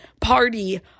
party